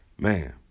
Man